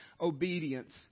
obedience